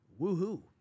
woohoo